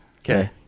Okay